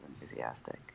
enthusiastic